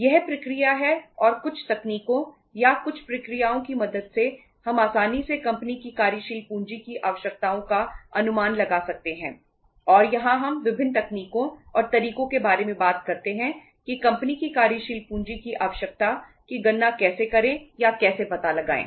यह प्रक्रिया है और कुछ तकनीकों या कुछ प्रक्रियाओं की मदद से हम आसानी से कंपनी की कार्यशील पूंजी की आवश्यकताओं का अनुमान लगा सकते हैं और यहां हम विभिन्न तकनीकों और तरीकों के बारे में बात करते हैं कि कंपनी की कार्यशील पूंजी की आवश्यकता की गणना कैसे करें या कैसे पता लगाएं